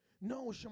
No